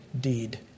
deed